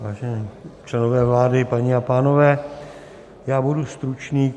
Vážení členové vlády, paní a pánové, já budu stručný.